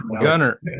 gunner